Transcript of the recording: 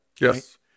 Yes